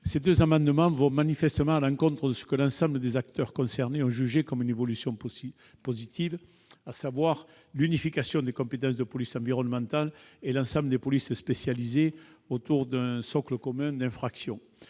ces deux amendements vont manifestement à l'encontre de ce que l'ensemble des acteurs concernés ont jugé comme une évolution positive, à savoir l'unification des compétences de police environnementale de l'ensemble des polices spécialisées autour d'un socle commun d'infractions.